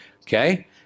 Okay